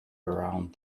around